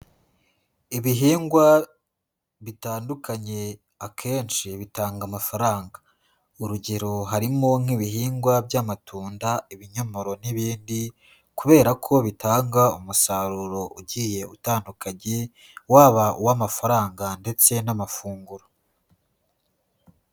Ibihingwa bitandukanye akenshi bitanga amafaranga, urugero harimo nk'ibihingwa by'amatunda, ibinyomoro n'ibindi kubera ko bitanga umusaruro ugiye utandukanye waba uw'amafaranga ndetse n'amafunguro.